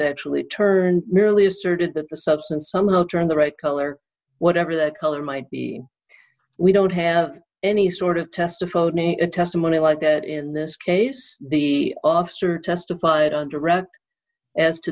actually turned merely asserted that the substance somehow turned the right color whatever the color might be we don't have any sort of test a phony testimony like that in this case the officer testified on direct as to